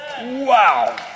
Wow